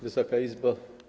Wysoka Izbo!